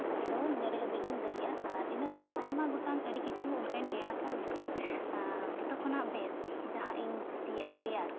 ᱟᱫᱚ ᱱᱚᱸᱰᱮ ᱦᱟᱹᱵᱤᱡ ᱜᱤᱧ ᱞᱟᱹᱭᱮᱫᱼᱟ ᱟᱨ ᱤᱱᱟᱹ ᱠᱷᱚᱱᱟᱜ ᱟᱭᱢᱟ ᱜᱚᱴᱟᱝ ᱟᱹᱰᱤ ᱠᱤᱪᱷᱩ ᱚᱱᱠᱟᱧ ᱛᱮᱭᱟᱨ ᱠᱟᱜᱼᱟ ᱢᱮᱱᱠᱷᱟᱱ ᱡᱚᱛᱚ ᱠᱷᱚᱱᱟᱜ ᱵᱮᱥ ᱡᱟᱦᱟᱸ ᱤᱧ ᱠᱩᱥᱤᱭᱟᱜᱼᱟ ᱛᱮᱭᱟᱨ